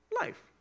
life